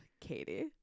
Katie